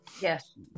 yes